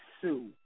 sue